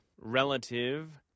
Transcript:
relative